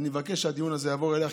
אני מבקש שהדיון הזה יבוא אלייך,